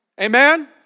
Amen